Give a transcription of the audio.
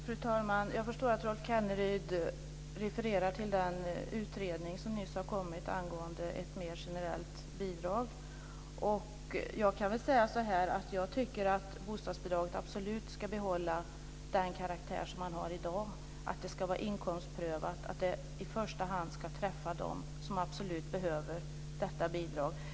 Fru talman! Jag förstår att Rolf Kenneryd refererar till den utredning som nyss har kommit angående ett mer generellt bidrag. Jag tycker absolut att bostadsbidraget ska behålla den karaktär det har i dag. Det ska vara inkomstprövat och i första hand träffa dem som absolut behöver detta bidrag.